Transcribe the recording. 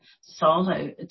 solo